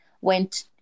went